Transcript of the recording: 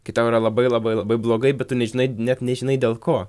kai tau yra labai labai labai blogai bet tu nežinai net nežinai dėl ko